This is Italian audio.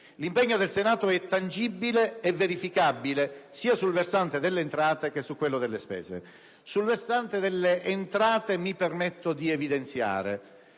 L'impegno del Senato è tangibile e verificabile sia sul versante delle entrate che su quello delle spese. Sul versante delle entrate, mi permetto di evidenziare